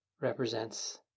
represents